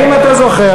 האם אתה זוכר,